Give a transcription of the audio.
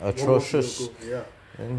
atrocious then